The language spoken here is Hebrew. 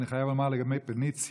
אני חייב לומר לגבי פניציה,